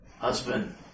Husband